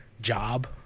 job